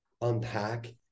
unpack